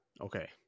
okay